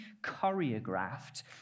choreographed